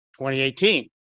2018